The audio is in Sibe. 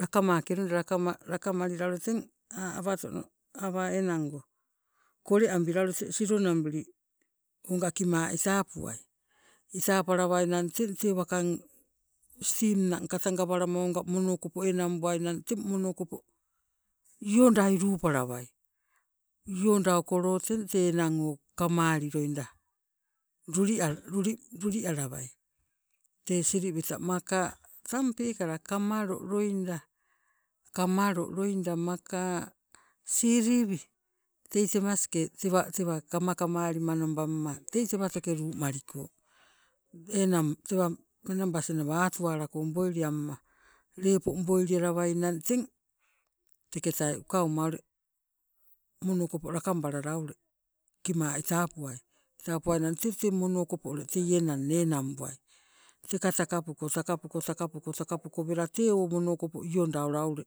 lakamake loida teng lakamalila ule teng a' awatono enango kole abila ule te silonambili onga kima itapuai, itapalawainang teng tee wakang steam na' kata gawalama mono okopo enang buainang teng mono okopo iondai luupalawai iondaokolo teng tee enang kammali loida luli alawai. Tee siliwita maka tang peekala kamalo loida maka siliwi tei temaske tewatewa kamakamali manobamma tei tewatoke luumaliko, enang tewa menabasi nawa hatuwala ko boili amman, lepo boili alawainang teng teketai ukauma ule mono okopo lakabalala ule kima itapuai. Itapuinang teng tee mono okopo enangne enang buai teka takapuko, takapuko, takapuko wela tee o mono okopo iondaula ule